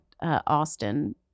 Austin